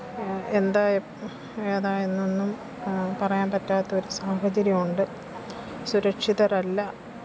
എന്താണ് എ ഏതാണ് എന്നൊന്നും പറയാന് പറ്റാത്തൊരു സാഹചര്യം ഉണ്ട് സുരക്ഷിതരല്ല